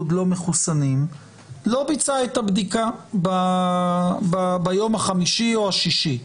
לא מחוסנים לא ביצע את הבדיקה ביום החמישי או השישי.